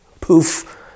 poof